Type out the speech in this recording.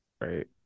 right